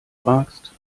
fragst